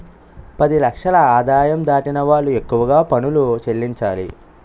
పది లక్షల ఆదాయం దాటిన వాళ్లు ఎక్కువగా పనులు చెల్లించాలి